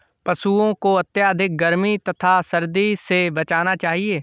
पशूओं को अत्यधिक गर्मी तथा सर्दी से बचाना चाहिए